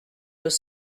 nos